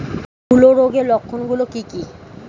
হূলো রোগের লক্ষণ গুলো কি কি?